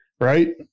right